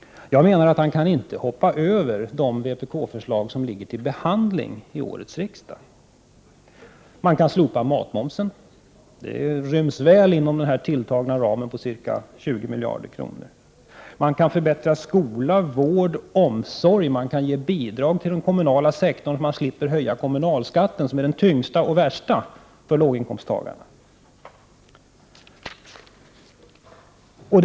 Jag menar att han inte kan hoppa över de vpk-förslag som föreligger till behandling i årets riksdag. Man kan slopa matmomsen. Det ryms väl inom den tilltagna ramen på ca 20 miljarder kronor. Man kan förbättra skola, vård, omsorg. Man kan ge bidrag till den kommunala sektorn så att kommunalskatten, som är den tyngsta och värsta för låginkomsttagarna, inte behöver höjas.